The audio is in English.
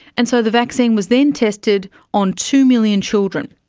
and so the vaccine was then tested on two million children,